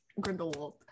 Grindelwald